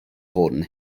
hwn